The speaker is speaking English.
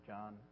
John